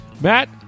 Matt